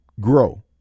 grow